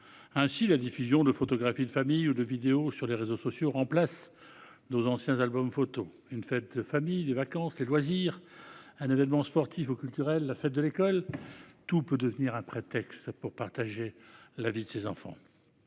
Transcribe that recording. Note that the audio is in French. La diffusion de photographies de famille ou de vidéos sur les réseaux sociaux remplace nos anciens albums photos. Une fête de famille, des vacances, des loisirs, un événement sportif ou culturel, la fête de l'école ...: tout est prétexte à partager la vie de ses enfants.